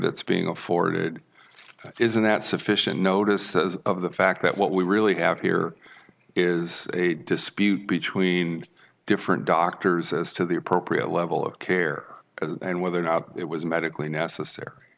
that's being afforded isn't that sufficient notice of the fact that what we really have here is a dispute between different doctors as to the appropriate level of care and whether or not it was medically necessary